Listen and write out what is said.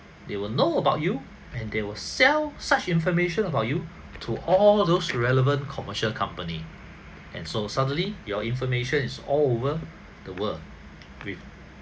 they will know about you and they will sell such information about you to all those relevant commercial company and so suddenly your information is all over the world with